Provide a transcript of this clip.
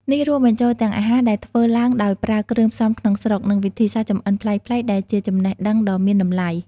នេះរួមបញ្ចូលទាំងអាហារដែលធ្វើឡើងដោយប្រើគ្រឿងផ្សំក្នុងស្រុក និងវិធីសាស្រ្តចម្អិនប្លែកៗ ដែលជាចំណេះដឹងដ៏មានតម្លៃ។